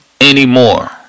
anymore